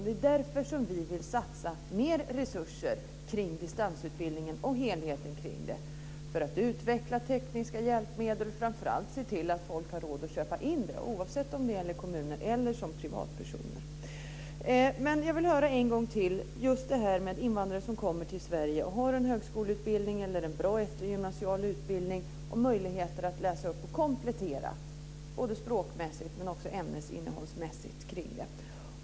Det är därför vi vill satsa mer resurser kring distansutbildningen och helheten, för att utveckla tekniska hjälpmedel och se till att folk har råd att köpa in dem - oavsett om det gäller kommunen eller som privatpersoner. Jag vill en gång till höra någonting om frågan om invandrare som kommer till Sverige och som har en högskoleutbildning eller en bra eftergymnasial utbildning och deras möjligheter till att läsa och komplettera, både språkmässigt och ämnesmässigt.